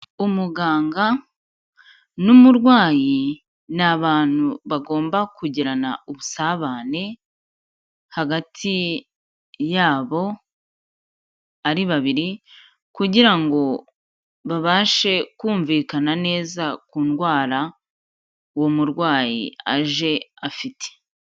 Umuganga n'umurwayi ni abantu bagomba kugirana ubusabane hagati yabo, ari babiri, kugira ngo babashe kumvikana neza ku ndwara uwo murwayi aje afite.